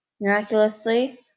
Miraculously